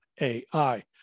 AI